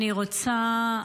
אני רוצה,